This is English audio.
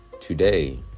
today